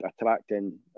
attracting